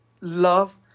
love